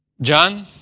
John